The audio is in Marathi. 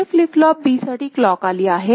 पुढे फ्लीप फ्लोप B साठी क्लॉक आली आहे